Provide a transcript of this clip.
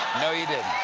no, you didn't.